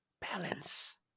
balance